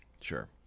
Sure